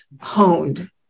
honed